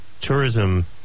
tourism